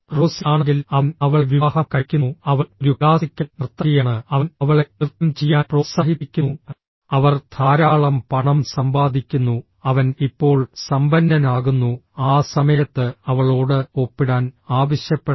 Rossi ആണെങ്കിൽ അവൻ അവളെ വിവാഹം കഴിക്കുന്നു അവൾ ഒരു ക്ലാസിക്കൽ നർത്തകിയാണ് അവൻ അവളെ നൃത്തം ചെയ്യാൻ പ്രോത്സാഹിപ്പിക്കുന്നു അവർ ധാരാളം പണം സമ്പാദിക്കുന്നു അവൻ ഇപ്പോൾ സമ്പന്നനാകുന്നു ആ സമയത്ത് അവളോട് ഒപ്പിടാൻ ആവശ്യപ്പെടണം